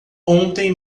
ontem